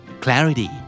Clarity